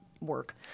work